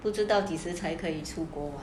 不知道几时才可以出国